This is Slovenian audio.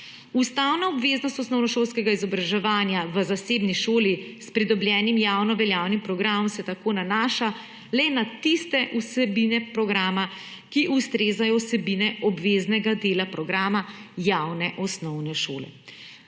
Ustavna obveznost osnovnošolskega izobraževanja v zasebni šoli s pridobljenim javnoveljavnim programom se tako nanaša le na tiste vsebine programa, ki ustrezajo vsebinam obveznega dela programa javne osnovne šole.